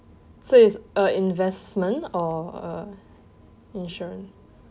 so it's a investment or a insurance